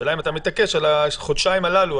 השאלה אם אתה מתעקש על החודשיים הללו.